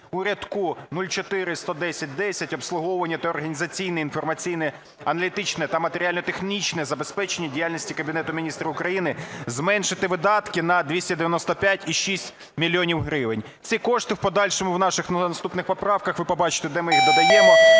в рядку 0411010 "Обслуговування та організаційне, інформаційне, аналітичне та матеріально-технічне забезпечення діяльності Кабінету Міністрів України" зменшити видатки на 295,6 мільйона гривень. Ці кошти в подальшому в наших наступних поправках, ви побачите, де ми їх додаємо.